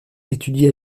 étudie